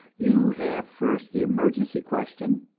you have first the emergency question,